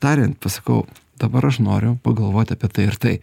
tariant pasakau dabar aš noriu pagalvoti apie tai ir tai